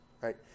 right